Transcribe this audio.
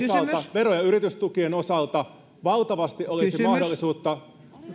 vero ja yritystukien osalta valtavasti olisi mahdollisuutta